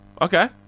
Okay